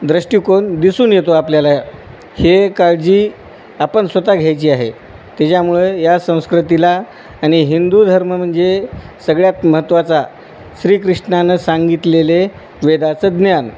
दृष्टिकोन दिसून येतो आपल्याला हे काळजी आपण स्वतः घ्यायची आहे त्याच्यामुळे या संस्कृतीला आणि हिंदू धर्म म्हणजे सगळ्यात महत्त्वाचा श्रीकृिष्णानं सांगितलेले वेदाचं ज्ञान